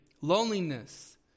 loneliness